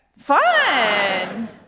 Fun